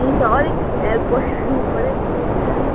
हुन्छ अलिक हेल्प गराइहाल्नु पऱ्यो कि भनेर नि